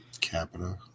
capita